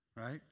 Right